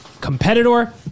competitor